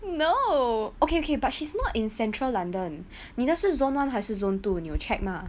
no okay okay but she's not in central london 你的是 zone one 还是 zone two 你有 check mah